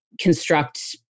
construct